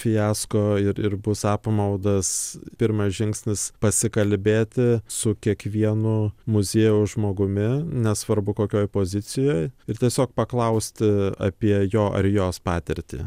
fiasko ir ir bus apmaudas pirmas žingsnis pasikalbėti su kiekvienu muziejaus žmogumi nesvarbu kokioj pozicijoj ir tiesiog paklausti apie jo ar jos patirtį